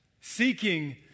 seeking